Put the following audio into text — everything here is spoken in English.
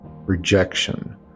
rejection